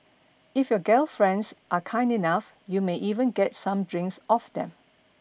if your gal friends are kind enough you may even get some drinks off them